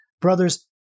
Brothers